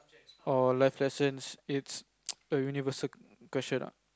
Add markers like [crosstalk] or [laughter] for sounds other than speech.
or life lessons it's [noise] a universal question ah